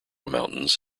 mountains